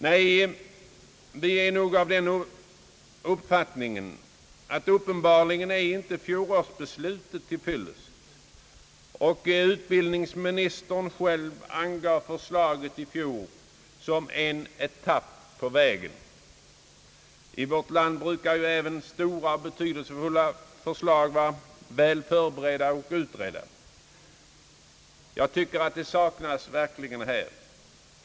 Nej, vi är nog av den uppfattningen att fjolårsbeslutet uppenbarligen inte är till fyllest. Utbildningsministern angav själv förslaget i fjol som en etapp på vägen. I vårt land brukar ju även stora och betydelsefulla förslag vara väl förberedda och utredda. Jag tycker att detta verkligen saknas här.